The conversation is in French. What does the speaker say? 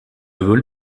vol